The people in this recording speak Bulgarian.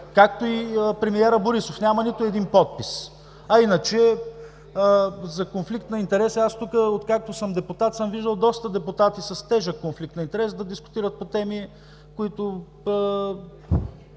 Както и премиерът Борисов, няма нито един подпис. А иначе за конфликт на интереси, аз, откакто съм депутат, съм виждал доста депутати с тежък конфликт на интереси, да дискутират по теми, които…